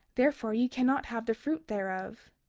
therefore ye cannot have the fruit thereof.